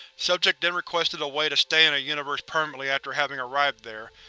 subject then requested a way to stay in a universe permanently after having arrived there,